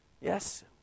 Yes